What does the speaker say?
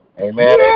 Amen